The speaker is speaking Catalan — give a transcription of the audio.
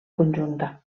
conjunta